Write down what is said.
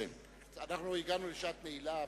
הגענו לשעת נעילה,